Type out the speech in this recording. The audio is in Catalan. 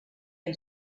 amb